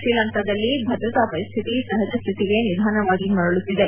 ಶ್ರೀಲಂಕಾದಲ್ಲಿ ಭದ್ರತಾ ಪರಿಸ್ಥಿತಿ ಸಹಜಸ್ಥಿತಿಗೆ ನಿಧಾನವಾಗಿ ಮರಳುತ್ತಿದೆ